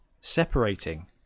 Separating